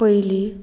पयलीं